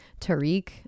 Tariq